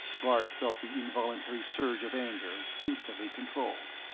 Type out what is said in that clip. bart felt the involuntary surge of anger, instantly controlled.